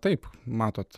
taip matot